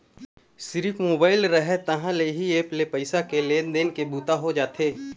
सिरिफ मोबाईल रहय तहाँ ले इही ऐप्स ले पइसा के लेन देन के बूता हो जाथे